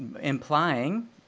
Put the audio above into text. implying